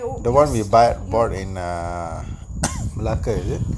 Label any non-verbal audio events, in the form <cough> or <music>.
the one you buy bought in err <coughs> malacca is it